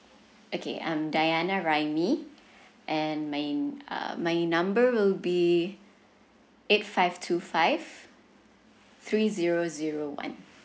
okay I'm dayana raimi and my uh my number will be eight five two five three zero zero one